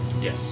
Yes